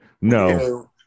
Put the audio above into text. No